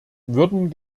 würden